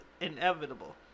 inevitable